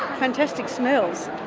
fantastic smells.